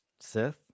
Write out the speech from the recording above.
Sith